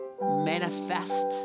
manifest